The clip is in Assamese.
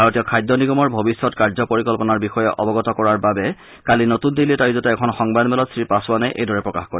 ভাৰতীয় খাদ্য নিগমৰ ভৱিষ্যত কাৰ্য পৰিকল্পনাৰ বিষয়ে অৱগত কৰাৰ বাবে কালি নতুন দিল্লীত আয়োজিত এখন সংবাদমেলত শ্ৰী পাছোৱানে এইদৰে প্ৰকাশ কৰে